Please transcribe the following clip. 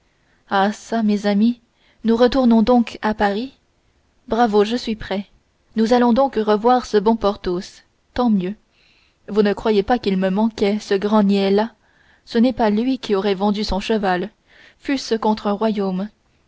ah çà mes amis nous retournons donc à paris bravo je suis prêt nous allons donc revoir ce bon porthos tant mieux vous ne croyez pas qu'il me manquait ce grand niais là ce n'est pas lui qui aurait vendu son cheval fût-ce contre un royaume